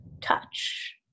touch